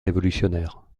révolutionnaires